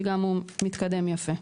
שגם הוא מתקדם יפה.